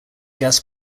gas